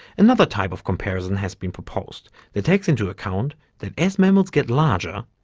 another type of comparison has been proposed that takes into account that as mammals get larger,